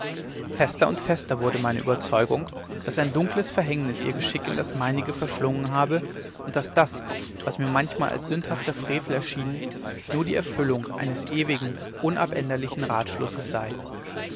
fester und fester wurde meine oberzeugung daß ein dunkles verhängnis ihr geschick in das meinige verschlungen habe und daß das was mir manchmal als sündhafter frevel erschienen nur die erfüllung eines ewigen unabänderlichen ratschlusses sei